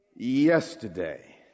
Yesterday